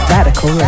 Radical